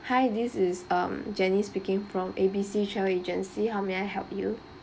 hi this is um janice speaking from A B C travel agency how may I help you